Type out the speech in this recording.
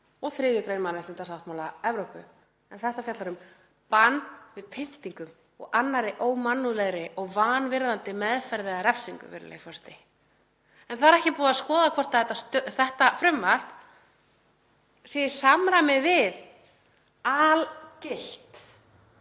og 3. gr. mannréttindasáttmála Evrópu en þetta fjallar um bann við pyndingum og annarri ómannúðlegri og vanvirðandi meðferð eða refsingu, virðulegi forseti. En það er ekki búið að skoða hvort þetta frumvarp sé í samræmi við algilt